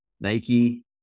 Nike